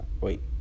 Wait